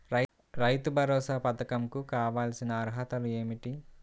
రైతు భరోసా పధకం కు కావాల్సిన అర్హతలు ఏమిటి?